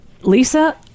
Lisa